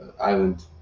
island